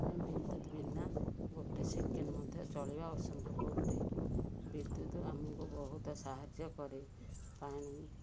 ଆମେ ବିଦ୍ୟୁତ ବିନା ଗୋଟେ ସେକେଣ୍ଡ ମଧ୍ୟ ଚଳିବା ଅସମ୍ଭବ ଉଟେ ବିଦ୍ୟୁତ ଆମକୁ ବହୁତ ସାହାଯ୍ୟ କରେ ପାଣି